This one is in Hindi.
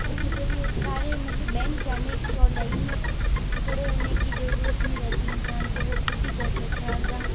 इसके ज़रिए सारे मतलब बैंक जाने की और लाइन में खड़े होने की ज़रूरत नहीं रहती इंसान को वो ख़ुद ही कर सकता है और जहाँ